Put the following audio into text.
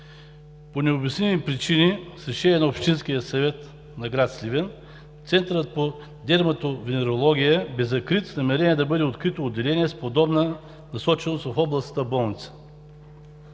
По необясними причини, с Решение на общинския съвет на гр. Сливен Центърът по дерматовенерология е закрит с намерение да бъде открито отделение с подобна насоченост в областната болница.